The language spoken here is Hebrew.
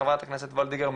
חה"כ וולדיגר,